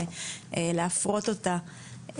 ולהפרות אותה.